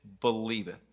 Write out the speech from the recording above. believeth